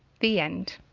the end.